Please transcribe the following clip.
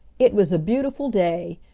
it was a beautiful day,